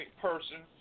person